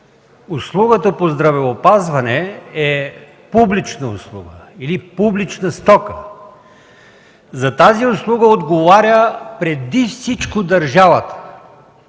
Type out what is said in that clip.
услугата по здравеопазване е публична услуга или публична стока. За тази услуга отговаря преди всичко държавата.